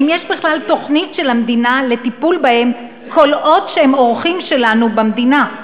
האם יש בכלל תוכנית של המדינה לטיפול בהם כל עוד הם אורחים שלנו במדינה?